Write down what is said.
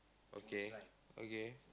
okay okay